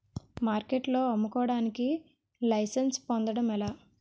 మార్కెట్లో అమ్ముకోడానికి లైసెన్స్ పొందడం ఎలా?